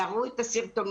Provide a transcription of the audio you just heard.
יראו את הסרטונים,